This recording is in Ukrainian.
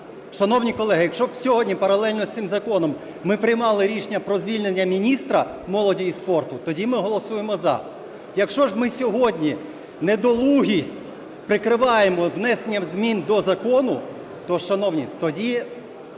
Шановні колеги, якщо б сьогодні паралельно з цим законом ми приймали рішення про звільнення міністра молоді і спорту, тоді ми голосуємо "за". Якщо ж ми сьогодні недолугість прикриваємо внесенням змін до закону, то, шановні, тоді